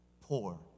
poor